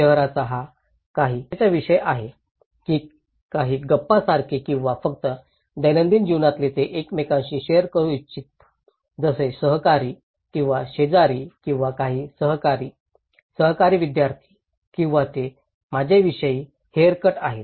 शहराचा हा काही चर्चेचा विषय आहे की काही गप्पांसारखे किंवा फक्त दैनंदिन जीवनात ते एकमेकांशी शेअर करू इच्छित जसे सहकारी किंवा शेजारी किंवा काही सहकारी सहकारी विद्यार्थी किंवा ते माझ्याविषयी हेअरकट आहेत